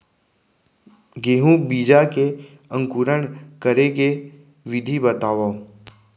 गेहूँ बीजा के अंकुरण करे के विधि बतावव?